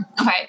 Okay